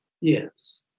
Yes